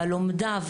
הלומדה,